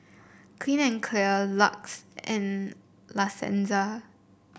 Clean and Clear Lux and La Senza